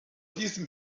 diesem